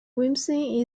whimsy